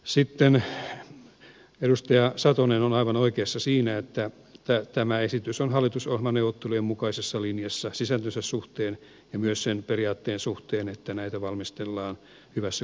sitten edustaja satonen on aivan oikeassa siinä että tämä esitys on hallitusohjelmaneuvottelujen mukaisessa linjassa sisältönsä suhteen ja myös sen periaatteen suhteen että näitä valmistellaan hyvässä kolmikantayhteistyössä